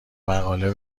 مقاله